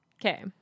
okay